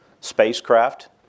spacecraft